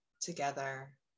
together